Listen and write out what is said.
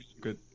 good